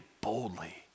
boldly